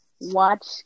watch